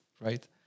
Right